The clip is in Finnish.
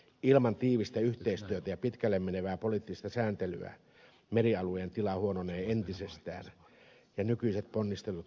ilman tiivistä yhteistyötä ja pitkälle menevää poliittista sääntelyä merialueen tila huononee entisestään ja nykyiset ponnistelut valuvat hukkaan